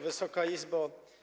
Wysoka Izbo!